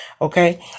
Okay